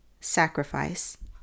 sacrifice